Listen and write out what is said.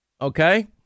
okay